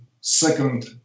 second